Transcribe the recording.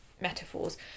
metaphors